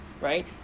right